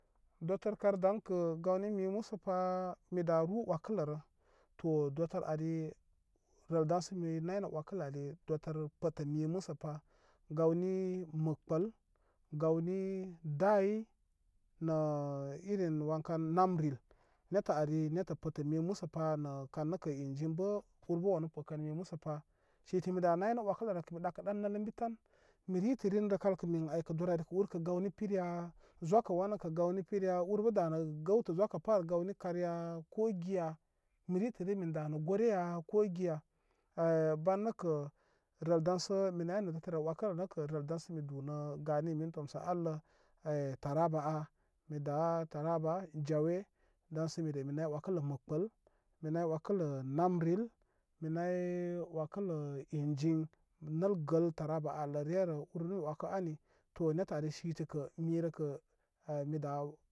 Dotəlr kan daŋkə sə gawni mi mosəpa mida ru wəkələrə to dotərari rəl daŋsə mi naynə wəkələri dotər pəsə mi məsəpa gawni məkpə gawni dayi nə irin wankan namril nettə ari nettə pəsə mi mosəpa nə kannəkə ingiri bə urbə wanu pəkən mi mosə pa siti mi da naynə wəkələrə kə mi ɗakəɗan nəl ən bi ta mi ritə rin kalkə min aykə dor arkə urkə gawni pirya zokə wanəkə gawni pirya urbə da nə gəwtə zokəpa al gawni karya kogi ya? Mi ritə rin min danə goreya ko giya heh bannəkə rəl daŋsə mi naynə ritələ wəkini ay nəkə rəl daŋsə mi dunə gani mini tomsə allə he taraba á mi da taraba jawe daŋsə mire mi nay wəkələ məkpəl mi nay wəkələ namril mi nay wəkələ ingin nəl gəl taraba a allə relə urnə mi wəkə ən ani to nettə ari sə kə mirə kə mida.